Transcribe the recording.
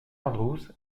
andrews